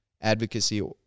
advocacy